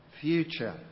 future